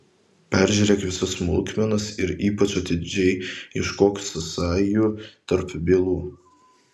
peržiūrėk visas smulkmenas ir ypač atidžiai ieškok sąsajų tarp bylų